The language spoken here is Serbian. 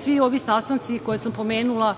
Svi ovi sastanci koje sam pomenula